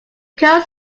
current